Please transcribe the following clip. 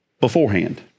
Beforehand